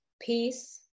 peace